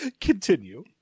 Continue